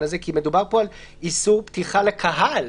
הזה כי מדובר פה על איסור פתיחה לקהל.